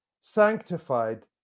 sanctified